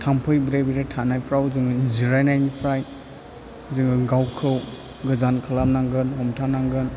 थाम्फै ब्रे ब्रे थानायफ्राव जोङो जिरायनायनिफ्राय जोङो गावखौ गोजान खालामनांगोन हमथानांगोन